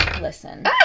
Listen